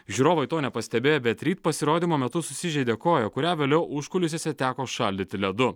žiūrovai to nepastebėjo bet ryd pasirodymo metu susižeidė koją kurią vėliau užkulisiuose teko šaldyti ledu